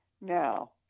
Now